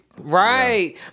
right